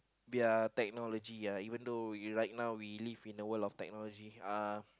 their technology ya even though we right now we live in the world of technology uh